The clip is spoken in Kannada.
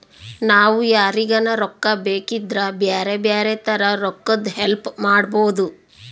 ನಾವು ಯಾರಿಗನ ರೊಕ್ಕ ಬೇಕಿದ್ರ ಬ್ಯಾರೆ ಬ್ಯಾರೆ ತರ ರೊಕ್ಕದ್ ಹೆಲ್ಪ್ ಮಾಡ್ಬೋದು